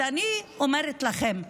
אז אני אומרת לכם,